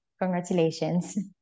congratulations